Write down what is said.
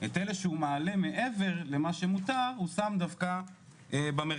את אלה שהוא מעלה מעבר למה שמותר הוא שם דווקא במרכז.